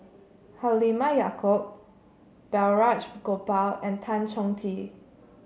Halimah Yacob Balraj Gopal and Tan Chong Tee